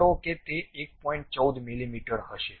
14 મીમી હશે